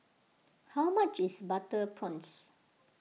how much is Butter Prawns